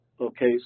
Okay